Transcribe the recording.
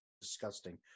disgusting